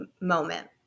moment